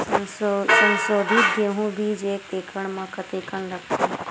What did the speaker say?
संसोधित गेहूं बीज एक एकड़ म कतेकन लगथे?